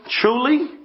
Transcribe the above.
truly